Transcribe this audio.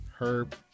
Herb